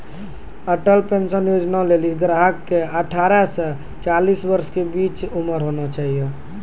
Atal pension Yojana लेली ग्राहक के अठारह से चालीस वर्ष के बीचो उमर होना चाहियो